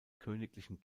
königlichen